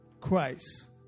Christ